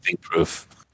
proof